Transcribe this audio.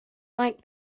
like